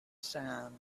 sand